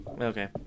Okay